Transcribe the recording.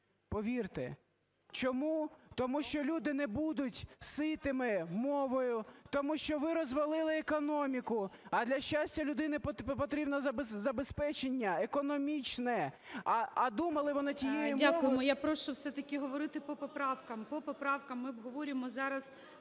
повірте. Чому? Тому що люди не будуть ситими мовою, тому що ви розвалили економіку. А для щастя людини потрібно забезпечення економічне, а думали вони тією мовою… ГОЛОВУЮЧИЙ. Я прошу все-таки говорити по поправкам, по поправкам. Ми обговорюємо зараз